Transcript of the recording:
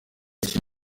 iki